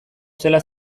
zela